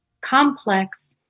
complex